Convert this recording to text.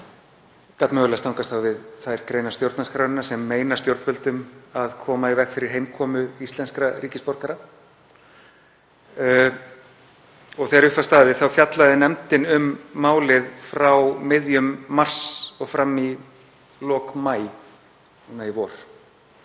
gat mögulega stangast á við þær greinar stjórnarskrárinnar sem meina stjórnvöldum að koma í veg fyrir heimkomu íslenskra ríkisborgara. Þegar upp var staðið fjallaði nefndin um málið frá miðjum mars og fram í lok maí núna í vor.